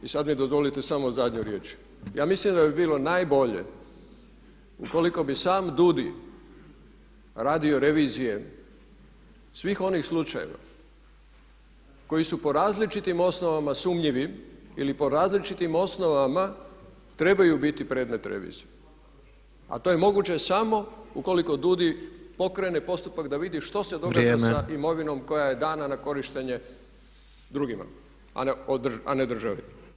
I sada mi dozvolite samo zadnju riječ, ja mislim da bi bilo najbolje ukoliko bi sam DUUDI radio revizije svih onih slučajeva koji su po različitim osnovama sumnjivi ili po različitim osnovama trebaju biti predmet revizije a to je moguće samo ukoliko DUUDI pokrene postupak da vidi što se događa sa imovinom koja je dana na korištenje drugima a ne državi.